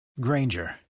Granger